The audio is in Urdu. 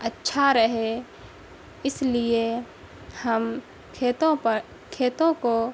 اچھا رہے اس لیے ہم کھیتوں پر کھیتوں کو